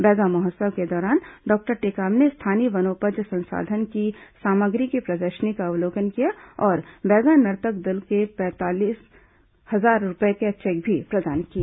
बैगा महोत्सव के दौरान डॉक्टर टेकाम ने स्थानीय वनोपज संसाधनों की सामग्री की प्रदर्शनी का अवलोकन किया और बैगा नर्तक दलो को पैंतालीस हजार रूपए के चेक भी प्रदान किए